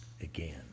again